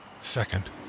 Second